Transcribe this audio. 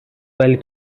ولی